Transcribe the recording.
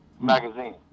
magazine